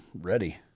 ready